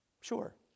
Sure